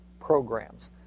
programs